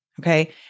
Okay